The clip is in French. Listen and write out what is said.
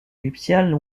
nuptiale